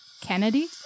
Kennedy